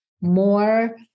more